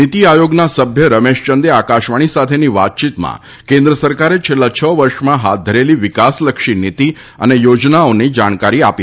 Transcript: નીતિ આયોગના સભ્ય રમેશ ચંદે આકાશવાણી સાથેની વાતચીતમાં કેન્દ્ર સરકારે છેલ્લાં છ વર્ષમાં હાથ ધરેલી વિકાસલક્ષી નીતિ અને યોજનાઓની જાણકારી આપી